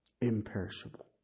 imperishable